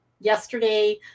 yesterday